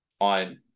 on